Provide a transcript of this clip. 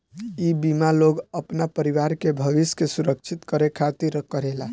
इ बीमा लोग अपना परिवार के भविष्य के सुरक्षित करे खातिर करेला